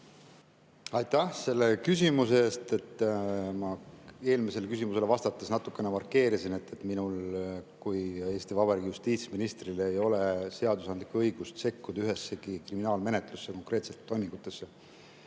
Aitäh selle küsimuse eest! Ma eelmisele küsimusele vastates natukene markeerisin, et minul kui Eesti Vabariigi justiitsministril ei ole seadusandlikku õigust sekkuda ühessegi kriminaalmenetlusse, konkreetselt toimingutesse.